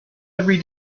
every